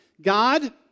God